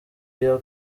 iya